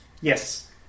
yes